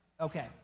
Okay